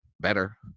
better